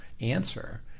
answer